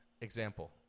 example